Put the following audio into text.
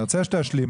אני רוצה שתשלים,